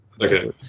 Okay